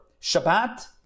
Shabbat